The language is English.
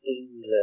England